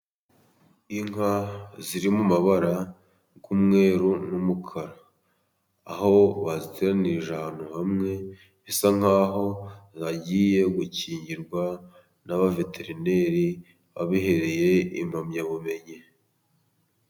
Inka ziri mu mabara y'umweru n'umukara aho baziteranirije ahantu hamwe ,bisa nk'aho zagiye gukingirwa n' abaveterineri babihereye impamyabumenyi.